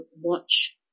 watch